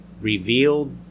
revealed